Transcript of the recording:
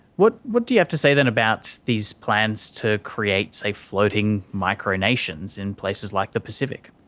what what do you have to say then about these plans to create, say, floating micro-nations in places like the pacific?